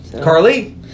carly